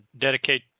dedicate